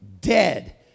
dead